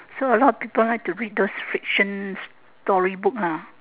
so a lot of people like to read those friction story book ah